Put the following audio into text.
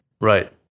Right